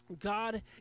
God